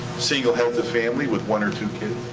single heads of family with one or two kids.